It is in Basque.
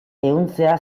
ehuntzea